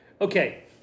Okay